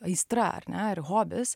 aistra ar ne ir hobis